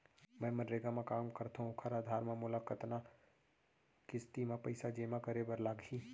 मैं मनरेगा म काम करथो, ओखर आधार म मोला कतना किस्ती म पइसा जेमा करे बर लागही?